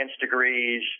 degrees